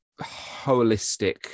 holistic